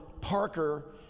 Parker